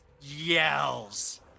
yells